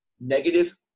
negative